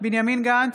בנימין גנץ,